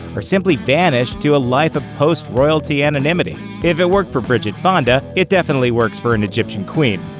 or simply vanished to a life of post-royalty anonymity. if it worked for bridget fonda, it definitely works for an egyptian queen.